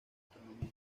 astronomía